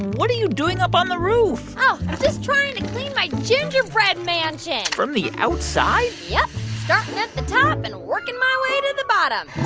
what are you doing up on the roof? oh. i'm just trying to clean my gingerbread mansion from the outside? yep. starting at the top and working my way to the bottom.